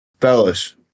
fellas